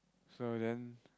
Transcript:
so then